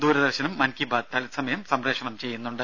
ദൂരദർശനും മൻകി ബാത് തത്സമയം സംപ്രേഷണം ചെയ്യുന്നുണ്ട്